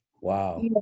Wow